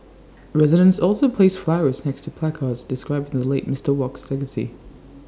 residents also placed flowers next to placards describing the late Mister Wok's legacy